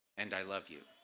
and i love you.